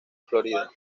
florida